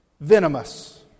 venomous